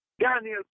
Daniel